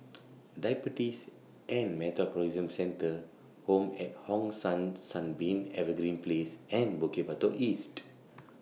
Diabetes and Metabolism Centre Home At Hong San Sunbeam Evergreen Place and Bukit Batok East